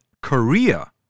Korea